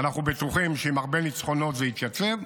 ואנחנו בטוחים שעם הרבה ניצחונות הוא יתייצב,